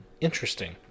interesting